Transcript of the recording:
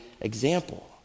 example